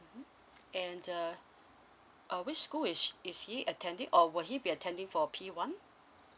mmhmm and uh uh which school is sh~ is he attending or will he be attending for P one